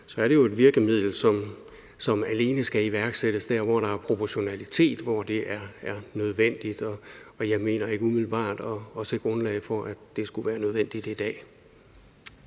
er det jo et virkemiddel, som alene skal iværksættes der, hvor der er proportionalitet, og hvor det er nødvendigt, og jeg mener ikke umiddelbart at se grundlag for, at det skulle være nødvendigt i dag.